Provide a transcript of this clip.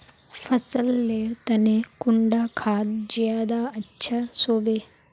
फसल लेर तने कुंडा खाद ज्यादा अच्छा सोबे?